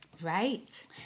right